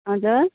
हजुर